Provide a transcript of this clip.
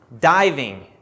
diving